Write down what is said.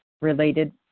related